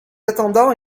attendant